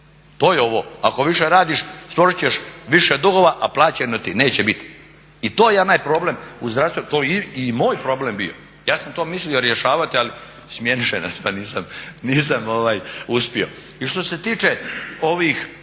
To je ovo, ako više radiš stvoriti ćeš više dugova a plaćeno ti neće biti. I to je onaj problem u zdravstvu, to je i moj problem bio, ja sam to mislio rješavati ali smijeniše nas pa nisam uspio. I što se tiče ovih